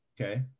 Okay